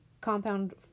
compound